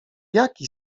jaki